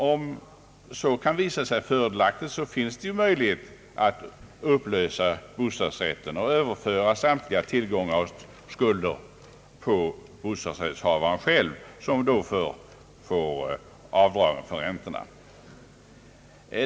Om så kan visa sig fördelaktigt, går det ju att upplösa bostadsrättsföreningen och överföra dennas samtliga tillgångar och skulder på bostadsrättsinnehavarna själva, som då får avdragsrätten för gäldräntorna.